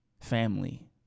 Family